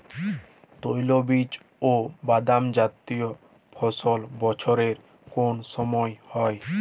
তৈলবীজ ও বাদামজাতীয় ফসল বছরের কোন সময় হয়?